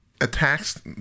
attacks